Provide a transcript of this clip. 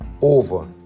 over